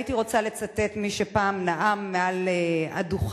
הייתי רוצה לצטט את מי שפעם נאם מעל הדוכן,